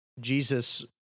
Jesus